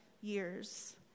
years